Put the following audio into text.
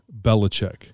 Belichick